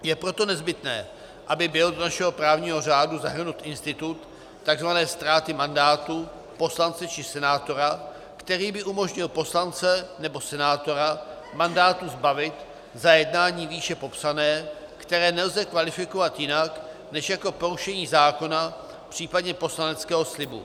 Je proto nezbytné, aby byl do našeho právního řádu zahrnut institut tzv. ztráty mandátu poslance či senátora, který by umožnil poslance nebo senátora mandátu zbavit za jednání výše popsané, které nelze kvalifikovat jinak než jako porušení zákona, případně poslaneckého slibu.